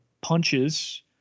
punches